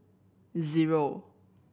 zero